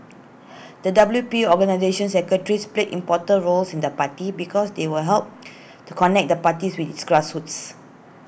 the W P organisations secretaries play important roles in the party because they will help to connect the party with its grassroots